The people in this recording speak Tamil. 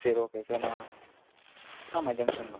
சரி ஓகே சார் நான் ஆமாம் ஜங்ஷன் தான்